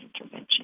intervention